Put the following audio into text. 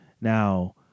Now